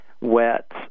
wet